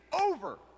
over